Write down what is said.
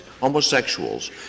homosexuals